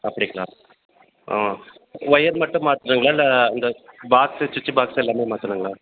அப்படிங்களா ஆ ஒயர் மட்டும் மாற்றணுங்களா இல்லை அந்த பாக்ஸு சுவிட்சு பாக்ஸு எல்லாமே மாற்றணுங்களா